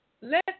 Let